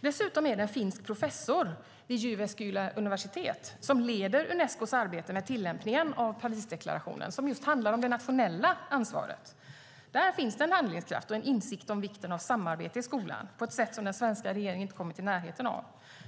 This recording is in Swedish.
Dessutom är det en finsk professor vid Jyväskylä universitet som leder Unescos arbete med tillämpningen av Parisdeklarationen, som just handlar om det nationella ansvaret. Där finns det en handlingskraft och en insikt om vikten av samarbete i skolan på ett sätt som den svenska regeringen inte kommit i närheten av.